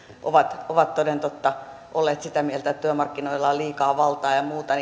ovat ovat toden totta olleet sitä mieltä että työmarkkinoilla on liikaa valtaa ja ja muuta